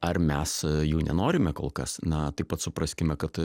ar mes jų nenorime kol kas na taip pat supraskime kad